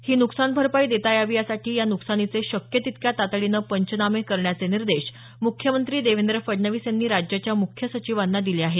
ही नुकसान भरपाई देता यावी यासाठी या नुकसानीचे शक्य तितक्या तातडीनं पंचनामे करण्याचे निर्देश मुख्यमंत्री देवेंद्र फडणवीस यांनी राज्याच्या मुख्य सचिवांना दिले आहेत